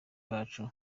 bacu